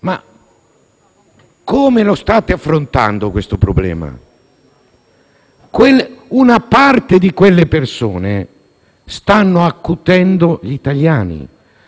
ma come lo state affrontando questo problema? Una parte di quelle persone stanno accudendo gli italiani,